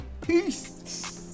Peace